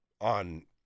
on